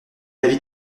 l’avis